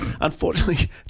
Unfortunately